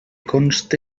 conste